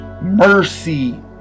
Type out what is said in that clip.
Mercy